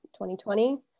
2020